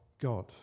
God